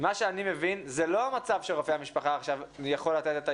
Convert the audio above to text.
ממה שאני מבין זה לא מצב שרופא המשפחה עכשיו יכול לתת את האישור.